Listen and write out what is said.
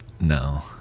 no